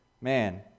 man